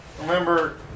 remember